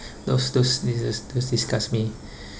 those those those disgust me